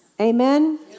Amen